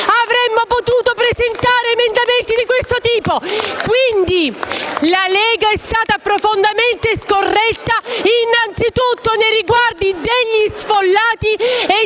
avremmo potuto presentare emendamenti di questo tipo; quindi, la Lega è stata profondamente scorretta anzitutto nei riguardi degli sfollati e